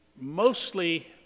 mostly